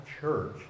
church